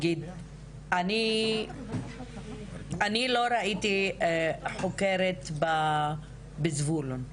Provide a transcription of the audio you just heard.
אני לא ראיתי חוקרת בזבולון,